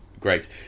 great